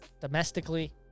domestically